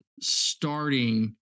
starting